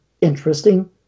interesting